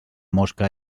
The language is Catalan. mosca